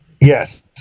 Yes